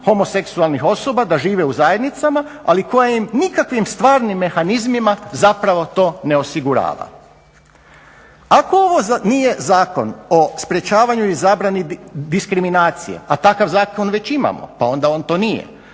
homoseksualnih osoba da žive u zajednicama, ali koja im nikakvim stvarnim mehanizmima zapravo to ne osigurava. Ako ovo nije Zakon o sprječavanju i zabrani diskriminacije, a takav zakon već imamo pa onda on to nije